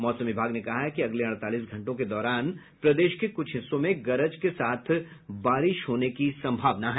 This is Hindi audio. मौसम विभाग ने कहा है कि अगले अड़तालीस घंटों के दौरान प्रदेश के क्छ हिस्सों में गरज के साथ बारिश होने की संभावना है